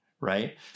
right